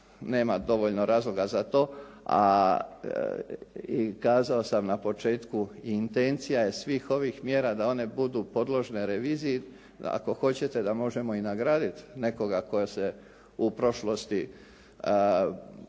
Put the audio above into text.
nema dovoljno razloga za to a i kazao sam na početku intencija je svih ovih mjera da one budu podložne reviziji da ako hoćete da možemo nagraditi nekoga tko se u prošlosti bavio